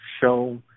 show